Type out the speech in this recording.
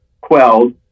quelled